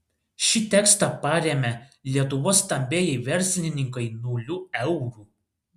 šį tekstą parėmė lietuvos stambieji verslininkai nuliu eurų